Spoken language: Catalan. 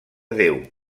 déu